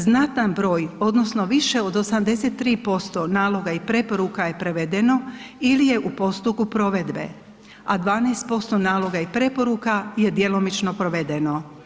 Znatan broj odnosno više od 83% naloga i preporuka je prevedeno ili je u postupku provedbe, a 12% naloga i preporuka je djelomično provedeno.